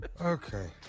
Okay